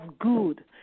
good